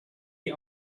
die